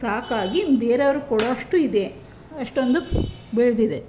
ಸಾಕಾಗಿ ಬೇರೆಯವ್ರ್ಗೆ ಕೊಡುವಷ್ಟು ಇದೆ ಅಷ್ಟೊಂದು ಬೆಳೆದಿದೆ